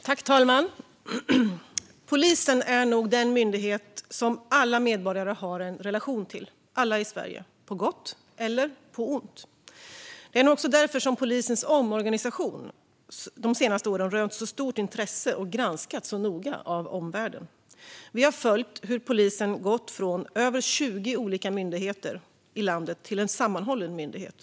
Fru talman! Polisen är nog den myndighet som alla medborgare i Sverige har en relation till - på gott eller på ont. Det är nog också därför som polisens omorganisation de senaste åren har rönt så stort intresse och granskats så noga av omvärlden. Vi har följt hur polisen gått från över 20 olika myndigheter i landet till en sammanhållen myndighet.